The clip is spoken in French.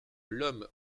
l’homme